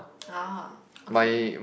oh okay